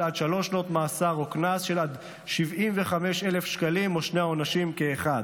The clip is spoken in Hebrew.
עד שלוש שנות מאסר או קנס של עד 75,000 שקלים או שני העונשים כאחד.